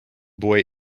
boy